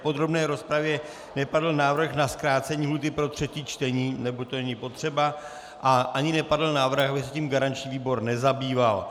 V podrobné rozpravě nepadl návrh na zkrácení lhůty pro třetí čtení, neboť to není potřeba, a ani nepadl návrh, aby se tím garanční výbor nezabýval.